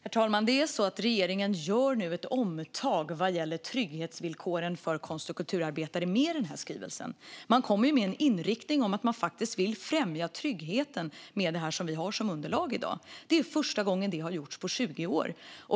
Herr talman! Regeringen gör nu med den här skrivelsen ett omtag vad gäller trygghetsvillkoren för konst och kulturarbetare. Man kommer ju med en inriktning där man faktiskt vill främja tryggheten med det som vi har som underlag i dag. Det är första gången som det har gjorts på 20 år.